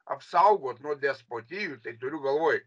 apsaugot nuo despotijų tai turiu galvoj